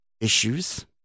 issues